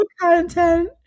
content